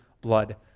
blood